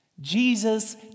Jesus